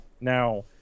Now